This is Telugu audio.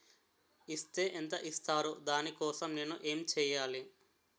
ఇస్ తే ఎంత ఇస్తారు దాని కోసం నేను ఎంచ్యేయాలి?